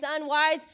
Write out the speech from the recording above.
unwise